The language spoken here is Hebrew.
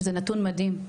שזה נתון מדהים,